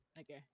Okay